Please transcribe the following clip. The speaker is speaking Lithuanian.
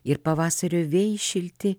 ir pavasario vėjai šilti